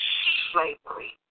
slavery